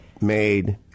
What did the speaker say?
made